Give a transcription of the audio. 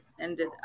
ended